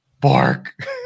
bark